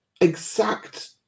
exact